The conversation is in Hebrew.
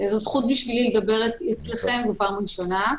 זו זכות בשבילי לדבר אצלכם, זו הפעם הראשונה.